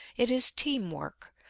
it is team work,